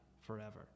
forever